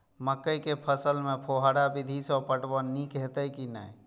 मकई के फसल में फुहारा विधि स पटवन नीक हेतै की नै?